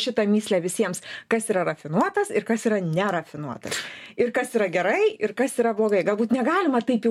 šitą mįslę visiems kas yra rafinuotas ir kas yra nerafinuotas ir kas yra gerai ir kas yra blogai galbūt negalima taip jau